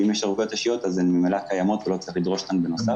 ואם יש ערבויות אישיות אז הן ממילא קיימות ולא צריך לדרוש אותן בנוסף.